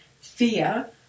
fear